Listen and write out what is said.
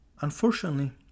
Unfortunately